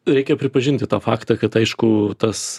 reikia pripažinti tą faktą kad aišku tas